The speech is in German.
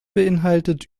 beeinhaltet